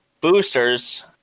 Boosters